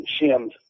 shims